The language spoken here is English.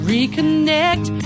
Reconnect